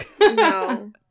No